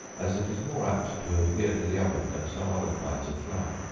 as it is more apt to adhere to the oven than some other kinds of flour.